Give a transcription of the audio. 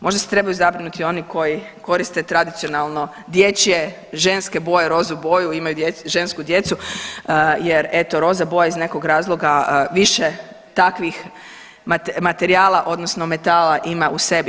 Možda se trebaju zabrinuti oni koji koriste tradicionalno dječje ženske boje rozu boju, imaju žensku djecu jer eto roza boja iz nekog razloga više takvih materijala odnosno metala ima u sebi.